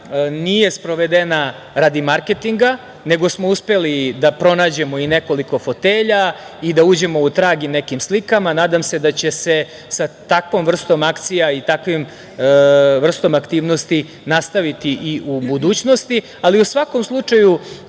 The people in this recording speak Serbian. nije sprovedena radi marketinga, nego smo uspeli da pronađemo i nekoliko fotelja i da uđemo u trag i nekim slikama. Nadam se da će se sa takvom vrstom akcija i takvom vrstom aktivnosti nastaviti i u budućnosti.U svakom slučaju,